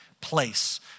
place